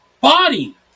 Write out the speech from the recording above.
body